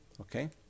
Okay